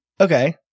Okay